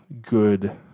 good